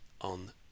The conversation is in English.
on